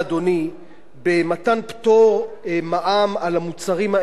במתן פטור ממע"מ על המוצרים האלה היא קטנה מאוד.